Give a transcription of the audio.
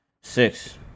six